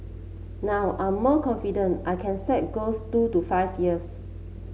now I'm more confident I can set goals two to five years